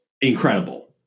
incredible